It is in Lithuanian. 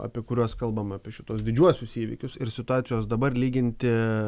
apie kuriuos kalbama apie šituos didžiuosius įvykius ir situacijos dabar lyginti